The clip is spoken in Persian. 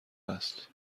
است